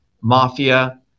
mafia